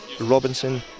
Robinson